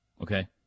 Okay